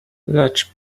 lecz